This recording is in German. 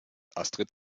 astrid